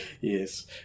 Yes